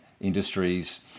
industries